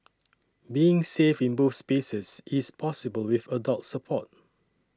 being safe in both spaces is possible with adult support